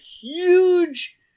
huge